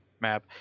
map